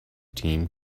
team